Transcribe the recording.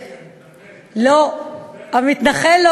"המתנחל",